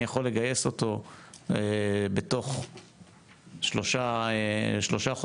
אני יכול לגייס אותו בתוך שלושה חודשים.